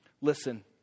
Listen